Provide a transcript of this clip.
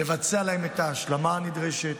לבצע להם את ההשלמה הנדרשת.